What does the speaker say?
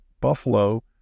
Buffalo